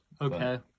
Okay